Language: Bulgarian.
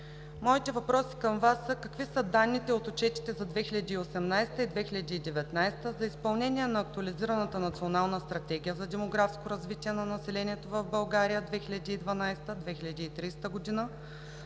моите въпроси към Вас са: какви са данните от отчетите за 2018 г. и 2019 г. за изпълнение на Актуализираната Национална стратегия за демографско развитие на населението в България (2012 – 2030 г.);